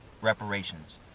reparations